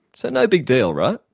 so no big deal, right?